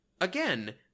Again